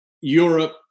Europe